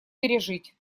пережить